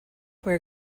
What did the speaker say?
where